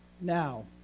Now